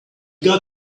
got